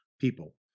people